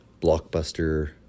blockbuster